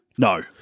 No